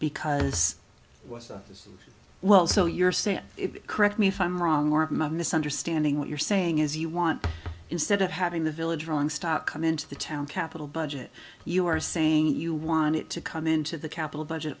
because well so you're saying correct me if i'm wrong or misunderstanding what you're saying is you want instead of having the village rolling stock come into the town capital budget you are saying you want it to come into the capital budget